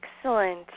Excellent